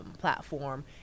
platform